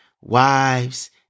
wives